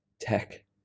tech